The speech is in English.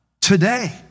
today